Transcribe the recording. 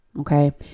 okay